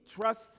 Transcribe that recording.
trust